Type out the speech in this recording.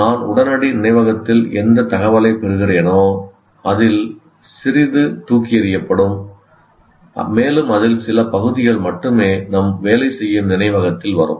நான் உடனடி நினைவகத்தில் எந்த தகவலைப் பெறுகிறேனோ அதில் சிறிது தூக்கி எறியப்படும் மேலும் அதில் சில பகுதிகள் மட்டுமே நம் வேலை செய்யும் நினைவகத்தில் வரும்